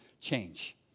change